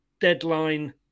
deadline